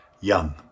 young